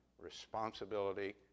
responsibility